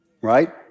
right